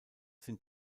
sind